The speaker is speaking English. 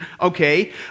okay